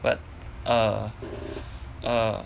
but err err